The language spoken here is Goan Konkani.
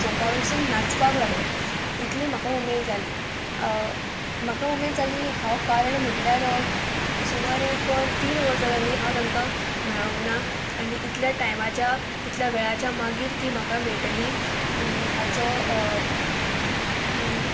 सोफा वयरसून नाचपाक लागलें इतलें म्हाका उमेद जाली म्हाका उमेद जाली हांव कारण म्हटल्यार सुमार एक तीन वर्सां जालीं हांव तांकां मेळोंक ना आनी इतल्या टायमाच्या इतल्या वेळाच्या मागीर ती म्हाका मेळटली हाचो